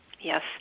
Yes